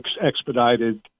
expedited